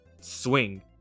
swing